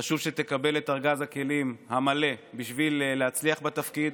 חשוב שתקבל את ארגז הכלים המלא בשביל להצליח בתפקיד.